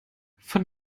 von